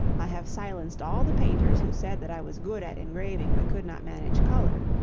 i have silenced all the painters who said that i was good at engraving but could not manage color.